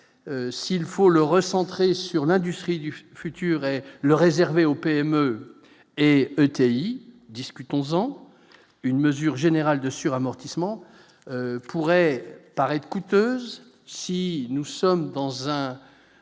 s'il faut le recentrer sur l'industrie du futur et le réserver aux PME et ETI discute 11 ans une mesure générale de sur amortissement pourrait paraître coûteuses si nous sommes dans un